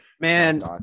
Man